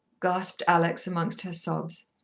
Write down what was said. gasped alex, amongst her sobs.